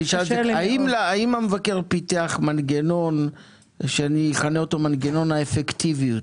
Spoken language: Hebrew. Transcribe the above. האם המבקר פיתח מנגנון שאני אכנה אותו מנגנון האפקטיביות,